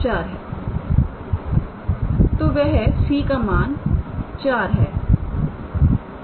तो वह c का मान 4 है